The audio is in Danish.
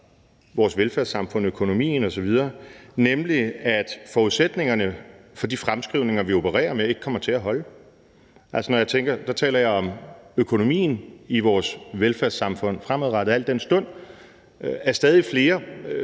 vores velfærdssamfund, økonomien osv., nemlig at forudsætningerne for de fremskrivninger, vi opererer med, ikke kommer til holde. Der taler jeg om økonomien i vores velfærdssamfund fremadrettet, al den stund at stadig flere